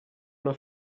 una